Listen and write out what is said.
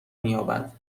مییابد